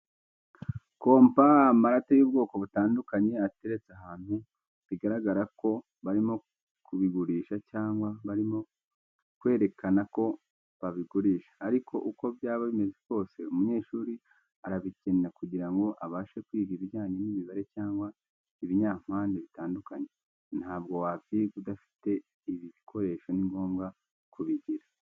Kompa, amarate y'ubwoko butandukanye ateretse ahantu bigaragara ko barimo kubigurisha cyangwa barimo kwerekana ko babigurisha, ariko uko byaba bimeze kose umunyeshuri arabikenera kugira ngo abashe kwiga ibijyanye n'imibare cyangwa ibinyampande bitandukanye, ntabwo wabyiga udafite ibi bikoresho ni ngombwa kubigira.